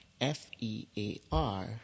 F-E-A-R